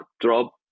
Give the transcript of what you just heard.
drop